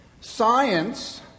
Science